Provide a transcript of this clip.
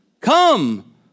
come